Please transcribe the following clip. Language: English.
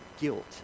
guilt